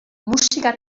musika